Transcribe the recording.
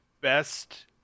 best